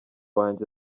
wanjye